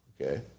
Okay